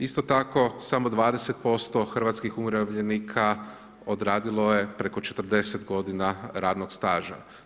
Isto tako, samo 20% hrvatskih umirovljenika odradilo je preko 40 godina radnog staža.